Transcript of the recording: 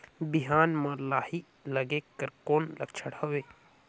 बिहान म लाही लगेक कर कौन लक्षण हवे?